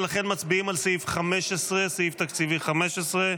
ולכן מצביעים על סעיף תקציבי 15,